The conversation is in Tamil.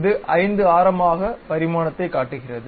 இது 5 ஆரமாக பரிமாணத்தைக் காட்டுகிறது